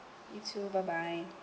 you two bye bye